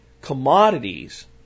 commodities